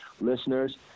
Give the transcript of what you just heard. listeners